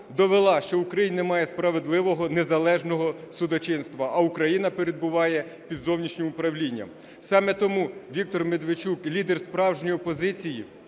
що в Україні немає справедливого, незалежного судочинства, а Україна перебуває під зовнішнім управлінням. Саме тому Віктор Медведчук, лідер справжньої опозиції,